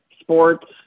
sports